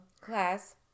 class